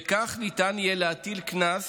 וכך ניתן יהיה להטיל קנס